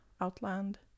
Outland